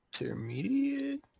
Intermediate